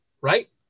right